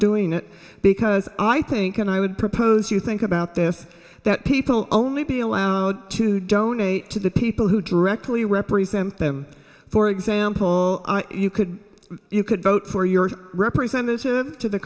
doing it because i think and i would propose you think about this that people only be allowed to donate to the people who directly represent them for example you could you could vote for your representative to the